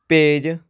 ਭੇਜ